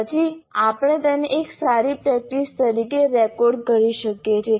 પછી આપણે તેને એક સારી પ્રેક્ટિસ તરીકે રેકોર્ડ કરી શકીએ છીએ